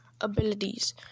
Abilities